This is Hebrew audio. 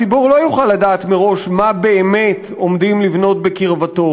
הציבור לא יוכל לדעת מראש מה באמת עומדים לבנות בקרבתו